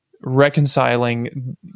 reconciling